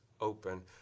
open